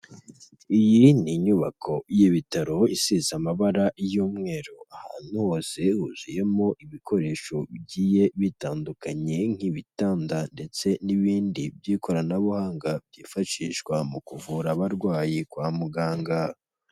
Iyi ni inyubako y'ibitaro isize amabara y'umweru, ahantu hose huzuyemo ibikoresho bigiye bitandukanye nk'ibitanda ndetse n'ibindi by'ikoranabuhanga byifashishwa mu kuvura abarwayi kwa muganga.